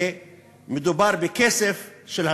ומדובר בכסף של הממשלה.